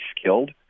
skilled